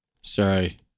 Sorry